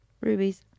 rubies